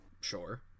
Sure